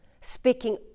speaking